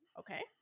okay